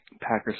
Packers